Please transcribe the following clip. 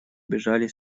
бежали